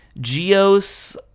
Geos